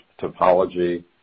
topology